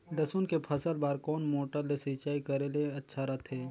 लसुन के फसल बार कोन मोटर ले सिंचाई करे ले अच्छा रथे?